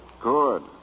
Good